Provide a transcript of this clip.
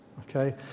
okay